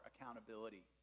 accountability